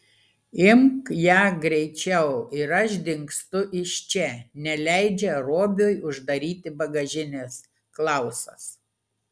imk ją greičiau ir aš dingstu iš čia neleidžia robiui uždaryti bagažinės klausas